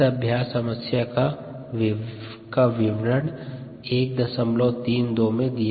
यह अभ्यास समस्या का विवरण था